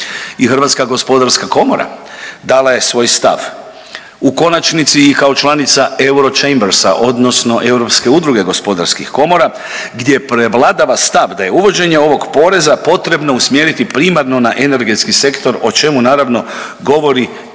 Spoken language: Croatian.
Hrvatska gospodarska komora dala je svoj stav u konačnici i kao članica EUROCHAMBERS-a odnosno Europske udruge gospodarskih komora gdje prevladava stav da je uvođenje ovog poreza potrebno usmjeriti primarno na energetski sektor o čemu naravno govori i sama